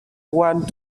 want